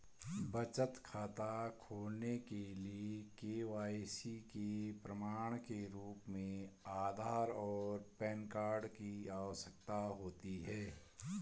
बचत खाता खोलने के लिए के.वाई.सी के प्रमाण के रूप में आधार और पैन कार्ड की आवश्यकता होती है